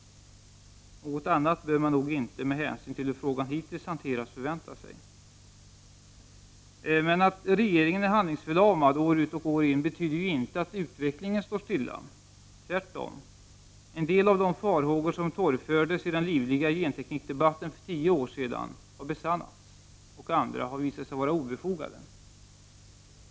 Något annat bör man nog inte, med hänsyn till hur frågan hittills hanterats, förvänta sig! Men att regeringen är handlingsförlamad år ut och år in betyder inte att utvecklingen står stilla. Tvärtom, en del av de farhågor som torgfördes i den livliga genteknikdebatten för tio år sedan har besannats. Andra har visat sig vara obefogade.